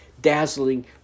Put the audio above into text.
dazzling